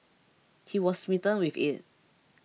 he was smitten with it